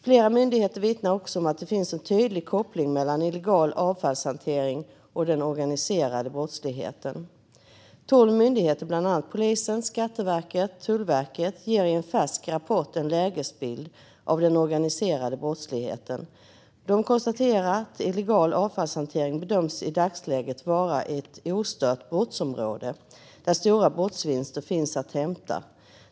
Flera myndigheter vittnar också om att det finns en tydlig koppling mellan illegal avfallshantering och den organiserade brottsligheten. Tolv myndigheter, bland annat polisen, Skatteverket och Tullverket, ger i en färsk rapport en lägesbild av den organiserade brottsligheten. De konstaterar att illegal avfallshantering i dagsläget bedöms vara ett ostört brottsområde där stora brottsvinster finns att hämta.